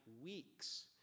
weeks